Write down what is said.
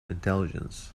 intelligence